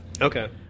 Okay